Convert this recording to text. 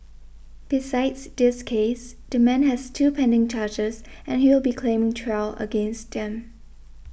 besides this case the man has two pending charges and he will be claiming trial against them